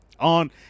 on